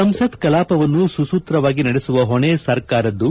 ಸಂಸತ್ ಕಲಾಪವನ್ನು ಸುಸೂತ್ರವಾಗಿ ನಡೆಸುವ ಹೊಣೆ ಸರ್ಕಾರದ್ದು